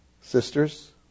Sisters